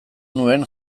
nuen